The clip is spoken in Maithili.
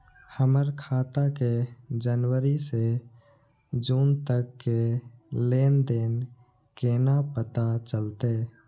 हमर खाता के जनवरी से जून तक के लेन देन केना पता चलते?